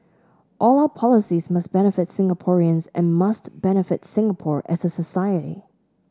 all our policies must benefit Singaporeans and must benefit Singapore as a society